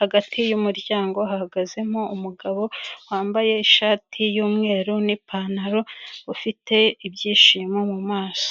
hagati y'umuryango hahagazemo umugabo wambaye ishati y'umweru n'ipantaro, ufite ibyishimo mu maso.